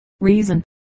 reason